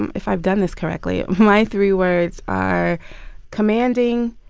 and if i've done this correctly, my three words are commanding,